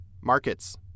Markets